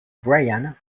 brian